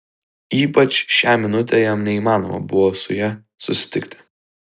ypač šią minutę jam neįmanoma buvo su ja susitikti